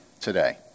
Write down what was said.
today